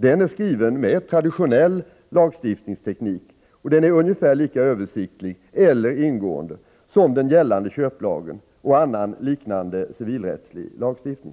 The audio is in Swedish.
Den är skriven med traditionell lagstiftningsteknik, och den är ungefär lika översiktlig eller ingående som den gällande köplagen och annan liknande civilrättslig lagstiftning.